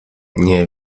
nie